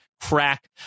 crack